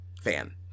fan